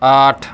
آٹھ